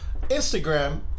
Instagram